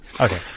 Okay